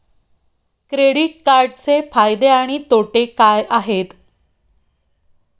Credit कार्डचे फायदे आणि तोटे काय आहेत?